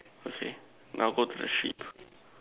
I see now go to the sheep